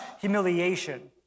humiliation